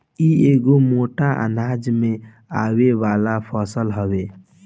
इ एगो मोट अनाज में आवे वाला फसल हवे